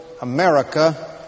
America